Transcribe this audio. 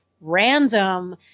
random